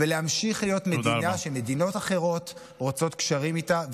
ולהמשיך להיות מדינה שמדינות אחרות רוצות קשרים איתה,